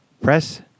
Press